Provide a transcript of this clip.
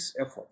effort